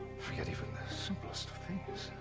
forget even the simplest of things.